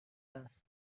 است